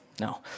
No